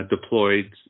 deployed